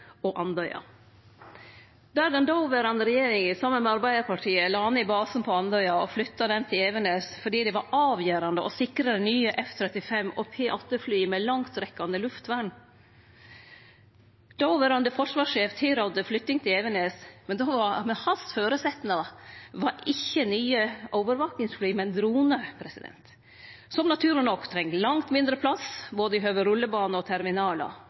Andøya. Den dåverande regjeringa la saman med Arbeiderpartiet ned basen på Andøya og flytta han til Evenes fordi det var avgjerande å sikre dei nye F-35- og P-8-flya med langtrekkjande luftvern. Den dåverande forsvarssjefen tilrådde flytting til Evenes, men føresetnaden hans var ikkje nye overvakingsfly, men dronar, som naturleg nok treng langt mindre plass med tanke på både rullebane og terminalar.